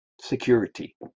security